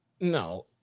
No